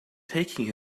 taking